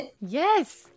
Yes